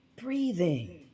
breathing